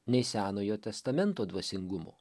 nei senojo testamento dvasingumo